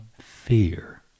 fear